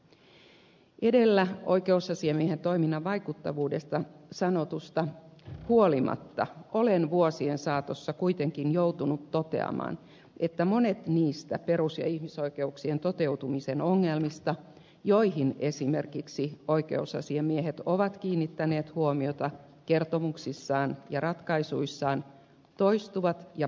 huolimatta edellä sanotusta oikeusasiamiehen toiminnan vaikuttavuudesta olen vuosien saatossa kuitenkin joutunut toteamaan että monet niistä perus ja ihmisoikeuksien toteutumisen ongelmista joihin esimerkiksi oikeusasiamiehet ovat kiinnittäneet huomiota kertomuksissaan ja ratkaisuissaan toistuvat ja pysyvät